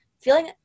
feeling